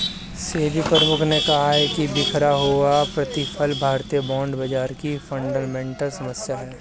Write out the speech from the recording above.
सेबी प्रमुख ने कहा कि बिखरा हुआ प्रतिफल भारतीय बॉन्ड बाजार की फंडामेंटल समस्या है